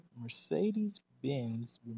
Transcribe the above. Mercedes-Benz